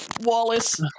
Wallace